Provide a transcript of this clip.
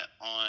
on